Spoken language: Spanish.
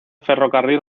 ferrocarril